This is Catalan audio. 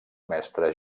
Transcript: mestre